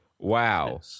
Wow